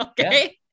Okay